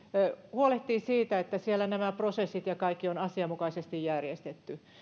huolehtii siitä että siellä nämä prosessit ja kaikki on asianmukaisesti järjestetty